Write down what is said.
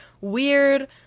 weird